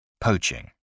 Poaching